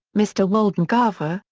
mr. waldengarver,